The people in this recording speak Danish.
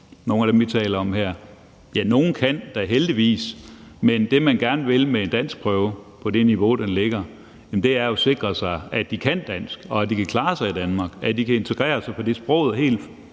nogle af dem, vi taler om her, dansk? Ja, nogle kan da heldigvis, men det, man gerne vil med en danskprøve på det niveau, som den ligger på, er jo at sikre sig, at de kan dansk, at de kan klare sig i Danmark, og at de kan integrere sig. Sproget er helt